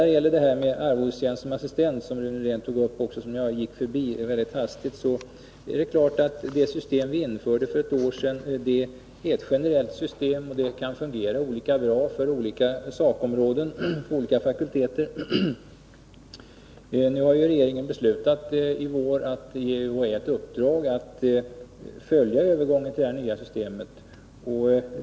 Rune Rydén tog upp frågan om arvodestjänst som assistenter, som jag gick mycket hastigt förbi. Det system vi införde för ett år sedan är ett generellt system, och det är klart att det kan fungera olika bra för olika fakulteter. Nu har regeringen beslutat i år att ge UHÄ i uppdrag att följa övergången till det nya systemet.